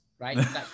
Right